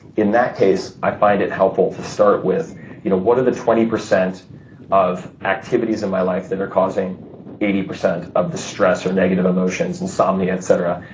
in that case i find it helpful to start with you know what are the twenty percent of activities in my life that are causing eighty percent of the stress or negative emotions, insomnia, etcetera.